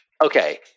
Okay